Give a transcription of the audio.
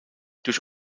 durch